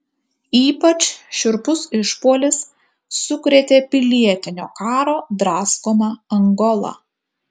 ypač šiurpus išpuolis sukrėtė pilietinio karo draskomą angolą